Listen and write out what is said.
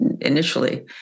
initially